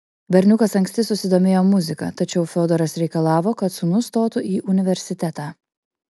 berniukas anksti susidomėjo muzika tačiau fiodoras reikalavo kad sūnus stotų į universitetą